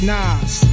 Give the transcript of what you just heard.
Nas